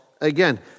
again